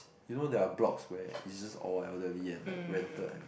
you know there are blocks where is just all elderly and like rented and